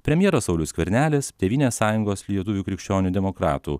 premjeras saulius skvernelis tėvynės sąjungos lietuvių krikščionių demokratų